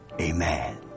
amen